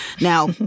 Now